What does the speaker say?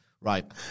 Right